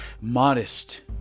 modest